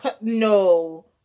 No